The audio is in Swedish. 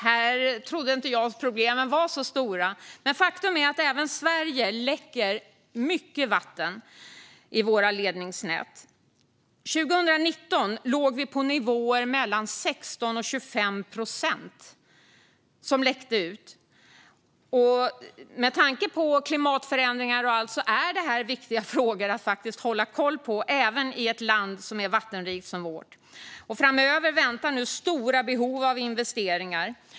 Här trodde jag inte att problemen var så stora, men faktum är att även hos oss i Sverige läcker det mycket vatten ur våra ledningsnät. År 2019 låg läckaget på nivåer mellan 16 och 25 procent. Med tanke på klimatförändringar och annat är detta viktigt att hålla koll på även i ett land som är vattenrikt som vårt. Framöver väntar nu stora behov av investeringar.